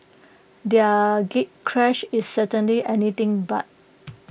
their gatecrash is certainly anything but